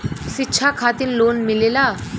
शिक्षा खातिन लोन मिलेला?